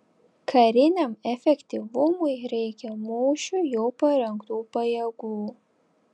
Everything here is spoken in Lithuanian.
kariniam efektyvumui reikia mūšiui jau parengtų pajėgų